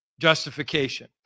Justification